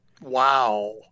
Wow